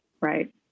right